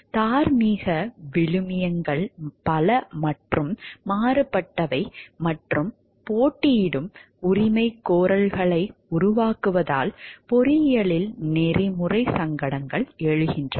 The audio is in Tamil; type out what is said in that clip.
தார்மீக விழுமியங்கள் பல மற்றும் மாறுபட்டவை மற்றும் போட்டியிடும் உரிமைகோரல்களை உருவாக்குவதால் பொறியியலில் நெறிமுறை சங்கடங்கள் எழுகின்றன